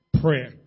prayer